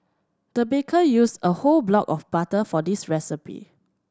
the baker used a whole block of butter for this recipe